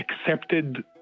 accepted